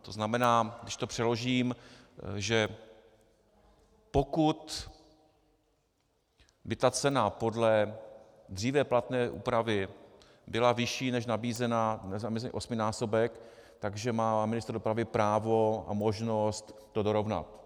To znamená, když to přeložím, že pokud by cena podle dříve platné úpravy byla vyšší než nabízená, osminásobek, tak má ministr dopravy právo a možnost to dorovnat.